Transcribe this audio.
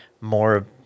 more